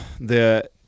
the-